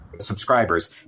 subscribers